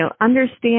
understand